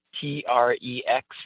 T-R-E-X